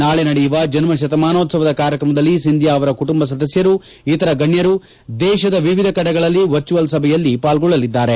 ನಾಳೆ ನಡೆಯುವ ಜನ್ನಶತಮಾನೋತ್ಸವದ ಕಾರ್ಯಕ್ರಮದಲ್ಲಿ ಸಿಂದಿಯಾ ಅವರ ಕುಟುಂಬ ಸದಸ್ನರು ಇತರ ಗಣ್ಣರು ದೇಶದ ವಿವಿಧ ಕಡೆಗಳಲ್ಲಿ ವರ್ಚುಯಲ್ ಸಭೆಯಲ್ಲಿ ಪಾಲ್ಗೊಳ್ಳಲಿದ್ದಾರೆ